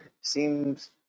seems